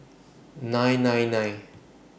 nine nine nine